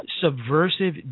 subversive